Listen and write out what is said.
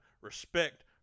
respect